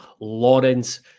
Lawrence